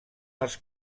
els